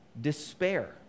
despair